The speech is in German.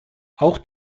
auch